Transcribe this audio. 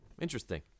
Interesting